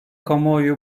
kamuoyu